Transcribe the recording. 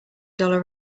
dollar